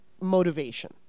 motivation